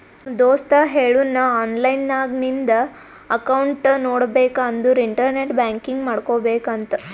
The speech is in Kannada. ನಮ್ ದೋಸ್ತ ಹೇಳುನ್ ಆನ್ಲೈನ್ ನಾಗ್ ನಿಂದ್ ಅಕೌಂಟ್ ನೋಡ್ಬೇಕ ಅಂದುರ್ ಇಂಟರ್ನೆಟ್ ಬ್ಯಾಂಕಿಂಗ್ ಮಾಡ್ಕೋಬೇಕ ಅಂತ್